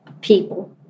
people